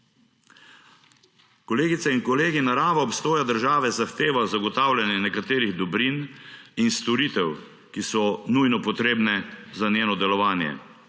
Kolegice in kolegi, narava obstoja države zahteva zagotavljanje nekaterih dobrin in storitev, ki so nujno potrebne za njeno delovanje.